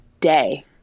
day